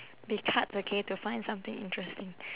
the cards okay to find something interesting